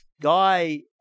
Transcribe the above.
guy